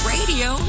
Radio